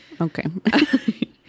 Okay